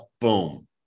boom